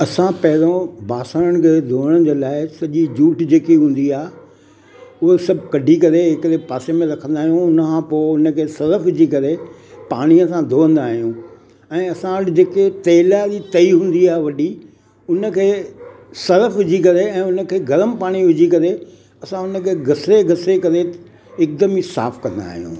असां पहिरों बासणनि खे धुअण जे लाइ सॼी जूठ जेकी हूंदी आहे उहा सभु कढी करे हिकिड़े पासे रखंदा आहियूं उनखां पोइ उनखे सरफ विझी करे पाणीअ सां धुअंदा आहियूं ऐं असां वटि जेकी तेल वारी तई हूंदी आहे वॾी उनखे सरफ विझी करे ऐं उन खे गरम पाणी विझी करे असां हुन खे घिसे घिसे करे हिकदमु ई साफ़ कंदा आहियूं